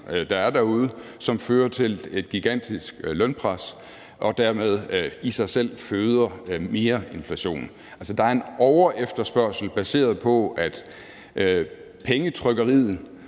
der er derude, som fører til et gigantisk lønpres og dermed i sig selv føder mere inflation. Altså, der er en overefterspørgsel baseret på, at pengetrykkeriet